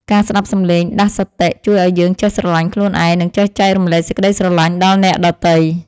ការស្តាប់សំឡេងដាស់សតិជួយឱ្យយើងចេះស្រឡាញ់ខ្លួនឯង និង ចេះចែករំលែកសេចក្តីស្រឡាញ់ដល់អ្នកដទៃ។